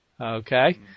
Okay